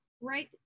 right